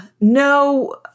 No